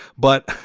but,